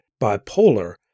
bipolar